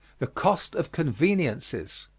the cost of conveniences.